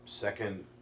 second